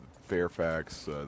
Fairfax